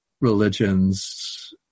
religions